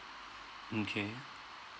mm K